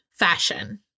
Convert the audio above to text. fashion